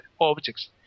objects